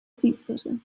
císaře